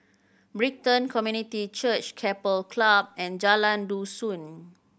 Brighton Community Church Keppel Club and Jalan Dusun